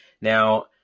Now